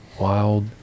wild